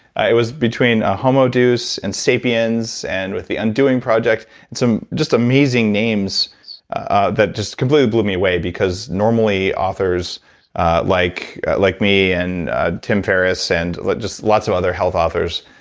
ah it was between homo deuce and sapiens and with the undoing project and some just amazing names ah that just completely blew me away, because normally authors like like me and ah tim ferriss and like just lots of other health authors,